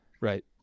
Right